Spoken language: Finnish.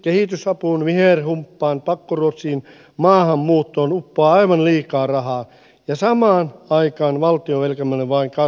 kehitysapuun viherhumppaan pakkoruotsiin maahanmuuttoon uppoaa aivan liikaa rahaa ja samaan aikaan valtionvelkamme vain kasvaa kasvamistaan